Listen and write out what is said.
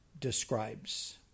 describes